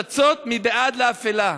צצות מבעד לאפלה.